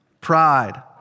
pride